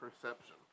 perception